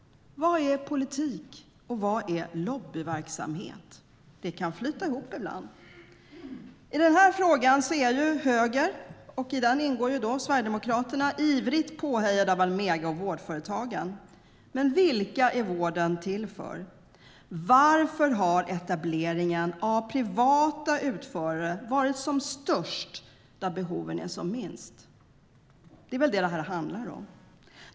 Vad är politik och vad är lobbyverksamhet? Det kan flyta ihop ibland. I den här frågan är högern, där Sverigedemokraterna ingår, ivrigt påhejad av Almega och vårdföretagen. Men vilka är vården till för? Varför har etableringen av privata utförare varit som störst där behoven är som minst? Det är vad det handlar om.